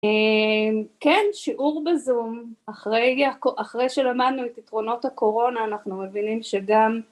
כן, שיעור בזום. אחרי שלמדנו את יתרונות הקורונה, אנחנו מבינים שגם